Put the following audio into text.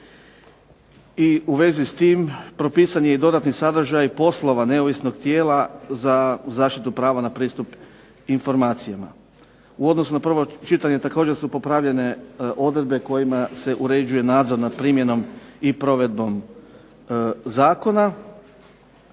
i u vezi s tim propisan je i dodatni sadržaj poslova neovisnog tijela za zaštitu prava na pristup informacijama. U odnosu na prvo čitanje također su popravljene odredbe kojima se uređuje nadzor nad primjenom i provedbom zakona,